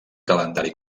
calendari